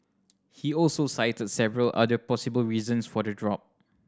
he also cited several other possible reasons for the drop